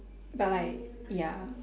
but like ya